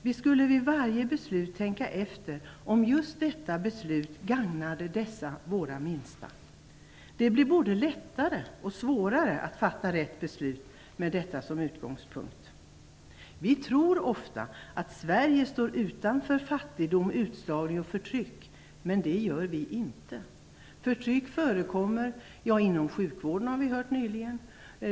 Vi borde vid varje beslut tänka efter om just detta beslut gagnade dessa våra minsta. Det blir både lättare och svårare att fatta rätt beslut med detta som utgångspunkt. Vi tror ofta att Sverige står utanför fattigdom, utslagning och förtryck. Men det gör vi inte. Förtryck förekommer inom sjukvården, har vi hört nyligen.